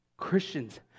Christians